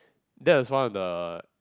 that is one of the